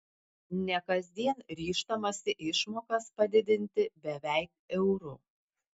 ne kasdien ryžtamasi išmokas padidinti beveik euru